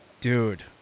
Dude